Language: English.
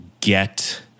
get